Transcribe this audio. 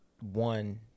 One